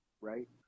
right